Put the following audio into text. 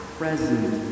present